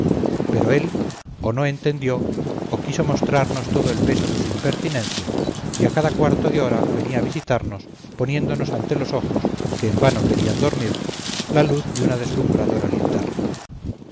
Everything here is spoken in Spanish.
pero él o no entendió o quiso mostrarnos todo el peso de su impertinencia y a cada cuarto de hora venía a visitarnos poniéndonos ante los ojos que en vano querían dormir la luz de una deslumbradora linterna